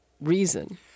reason